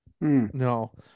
No